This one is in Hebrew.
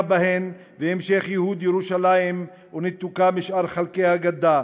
בהן והמשך ייהוד ירושלים וניתוקה משאר חלקי הגדה,